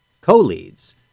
co-leads